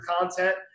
content